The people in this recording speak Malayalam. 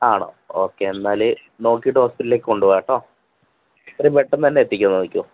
ആണോ ഓക്കെ എന്നാലേ നോക്കിയിട്ട് ഹോസ്പിറ്റലിലേക്കു കൊണ്ടുവാ കെട്ടോ എത്രയും പെട്ടെന്നു തന്നെ എത്തിക്കാൻ നോക്കിക്കോ